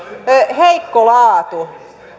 heikko laatu